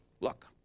Look